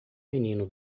menino